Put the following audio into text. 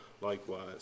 likewise